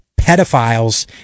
pedophiles